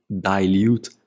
dilute